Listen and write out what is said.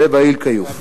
וואאל כיוף.